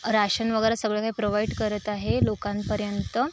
ration वगैरे सगळं काही प्रोव्हाइड करत आहे लोकांपर्यंत